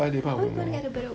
how are we going to get to bedok